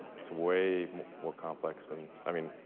it's way more complex. and i mean